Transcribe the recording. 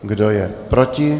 Kdo je proti?